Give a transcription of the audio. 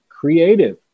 creative